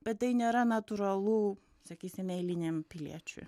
bet tai nėra natūralu sakysime eiliniam piliečiui